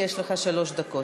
יש לך שלוש דקות.